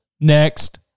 next